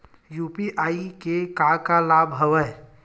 UPI के का का लाभ हवय?